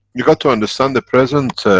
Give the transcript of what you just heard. you got to understand the present,